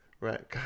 Right